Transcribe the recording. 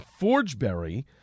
Forgeberry